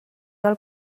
del